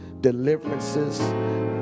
deliverances